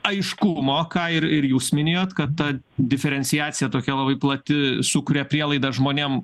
aiškumo ką ir ir jūs minėjot kad ta diferenciacija tokia labai plati sukuria prielaidas žmonėm